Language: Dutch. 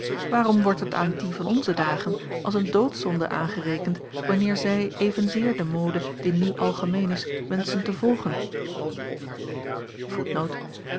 waarom wordt het aan die van onze dagen als een doodzonde aangerekend wanneer zij evenzeer de mode die nu algemeen is wenschen te volgen